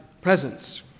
presence